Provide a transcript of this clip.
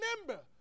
Remember